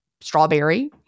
strawberry